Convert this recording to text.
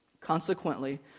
Consequently